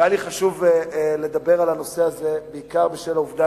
והיה לי חשוב לדבר על הנושא הזה בעיקר בשל העובדה